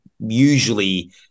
usually